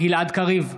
גלעד קריב,